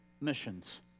missions